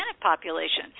population